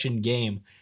game